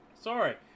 Sorry